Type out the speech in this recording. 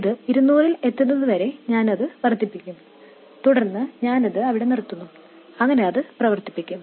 ഇത് 200 ൽ എത്തുന്നതുവരെ ഞാൻ അത് വർദ്ധിപ്പിക്കും തുടർന്ന് ഞാനത് അവിടെ നിർത്തുന്നു അങ്ങനെ അത് പ്രവർത്തിക്കും